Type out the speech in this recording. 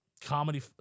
comedy